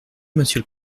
monsieur